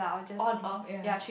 on off ya